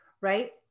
right